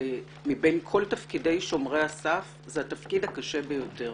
מבין כל תפקידי שומרי הסף, זה תפקיד הקשה ביותר